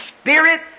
Spirit